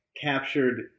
captured